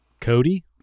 Cody